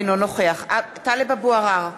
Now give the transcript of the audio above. אינו נוכח טלב אבו עראר,